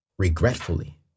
regretfully